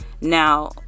Now